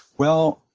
well,